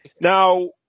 now